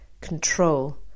control